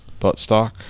buttstock